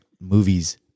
movies